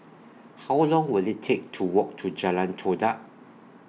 How Long Will IT Take to Walk to Jalan Todak